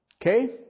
Okay